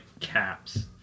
caps